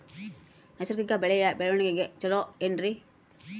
ನೈಸರ್ಗಿಕ ಬೆಳೆಯ ಬೆಳವಣಿಗೆ ಚೊಲೊ ಏನ್ರಿ?